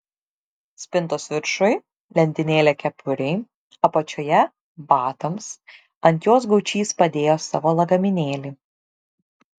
spintos viršuj lentynėlė kepurei apačioje batams ant jos gaučys padėjo savo lagaminėlį